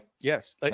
Yes